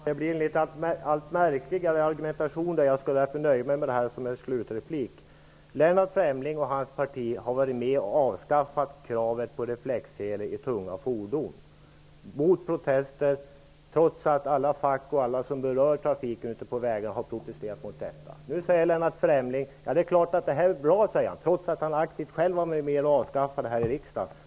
Herr talman! Argumentationen blir allt märkligare. Jag skall nöja mig med detta som slutreplik. Lennart Fremling och hans parti har varit med om att avskaffa kravet på reflexsele i tunga fordon, trots att facken och alla som berörs av trafiken på vägarna har protesterat mot detta. Nu säger Lennart Fremling att det här är bra, trots att han själv var aktiv i riksdagen för att avskaffa det.